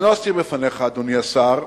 אדוני השר,